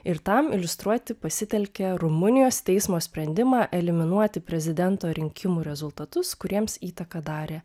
ir tam iliustruoti pasitelkė rumunijos teismo sprendimą eliminuoti prezidento rinkimų rezultatus kuriems įtaką darė